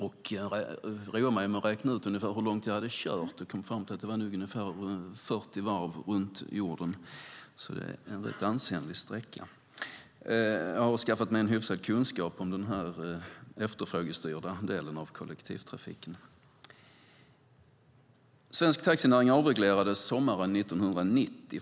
Jag har roat mig med att räkna ut ungefär hur långt jag har kört, och jag kom fram till att det var ungefär 40 varv runt jorden. Det är alltså en ansenlig sträcka, och jag har skaffat mig en hyfsat bra kunskap om denna efterfrågestyrda del av kollektivtrafiken. Svensk taxinäring avreglerades sommaren 1990.